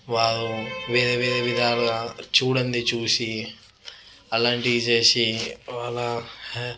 వాళ్ళు వేరే వేరే విధంగా చూడంది చూసి అలాంటివి చేసి వాళ్ళ హె